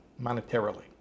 monetarily